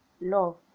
love